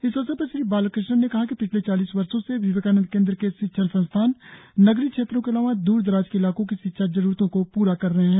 इस अवसर पर श्री बालक़ष्णन ने कहा कि पिछले चालीस वर्षों से विवेकानंद केंद्र के शिक्षण संस्थान नगरीय क्षेत्रों के अलावा दूरदराज के इलाकों की शिक्षा जरुरतों को पूरा कर रहे है